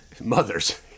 Mothers